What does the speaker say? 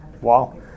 Wow